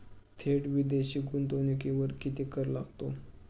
थेट विदेशी गुंतवणुकीवर किती कर लागतो?